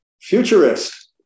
futurist